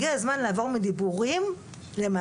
הגיע הזמן לעבור מדיבורים למעשים.